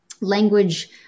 language